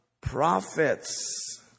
prophets